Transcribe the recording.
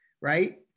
right